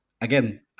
again